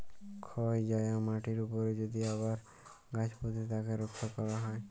ক্ষয় যায়া মাটির উপরে যদি আবার গাছ পুঁতে তাকে রক্ষা ক্যরা হ্যয়